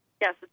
Yes